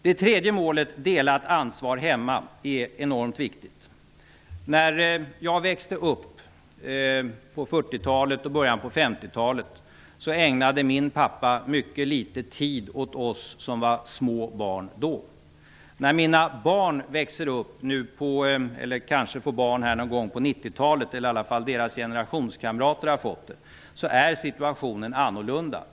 Det tredje målet -- delat ansvar hemma -- är enormt viktigt. När jag växte upp på 40-talet och under början av 50-talet ägnade min pappa mycket litet tid åt oss som var små barn då. När mina barn eller i alla fall deras generationskamrater växer upp och får barn någon gång på 90-talet är situationen annorlunda.